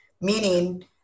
meaning